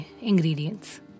ingredients